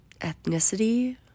ethnicity